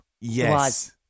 Yes